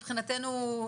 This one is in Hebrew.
מבחינתנו,